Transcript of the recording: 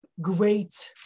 great